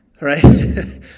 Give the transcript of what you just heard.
right